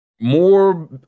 more